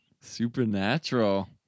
supernatural